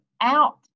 out